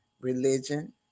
religion